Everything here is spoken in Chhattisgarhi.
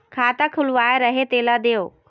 खाता खुलवाय रहे तेला देव?